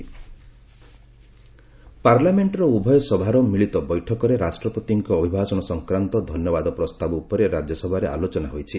Rajya Sabha discussion ପାର୍ଲାମେଣ୍ଟର ଉଭୟ ସଭାର ମିଳିତ ବୈଠକରେ ରାଷ୍ଟ୍ରପତିଙ୍କ ଅଭିଭାଷଣ ସଂକ୍ରାନ୍ତ ଧନ୍ୟବାଦ ପ୍ରସ୍ତାବ ଉପରେ ରାଜ୍ୟସଭାରେ ଆଲୋଚନା ହୋଇଛି